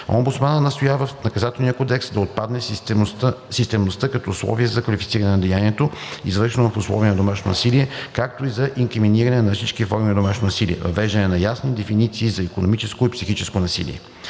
Омбудсманът настоява в Наказателния кодекс да отпадне системността като условие за квалифициране на деянието, извършено в условията на домашно насилие, както и за инкриминиране на всички форми на домашно насилие – въвеждане на ясни дефиниции за икономическо и психическо насилие.